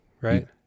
right